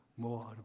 More